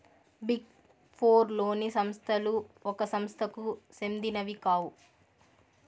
big four లోని సంస్థలు ఒక సంస్థకు సెందినవి కావు